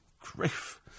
Grief